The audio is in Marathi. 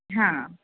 हां